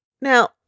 Now